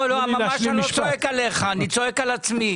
לא, ממש אני לא צועק עליך, אני צועק על עצמי.